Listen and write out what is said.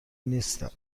نیستم